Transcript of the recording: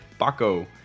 Baco